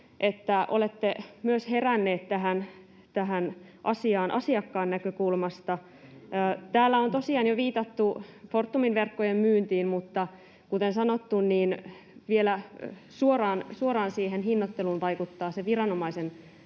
että olette myös heränneet tähän asiaan asiakkaan näkökulmasta. [Kimmo Kiljunen: Vihdoin ja viimein!] Täällä on tosiaan jo viitattu Fortumin verkkojen myyntiin, mutta kuten sanottu, niin vielä suoraan siihen hinnoitteluun vaikuttaa se viranomaisen